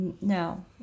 No